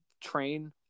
train